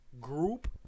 group